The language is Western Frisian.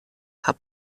har